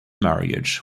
marriage